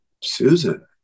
susan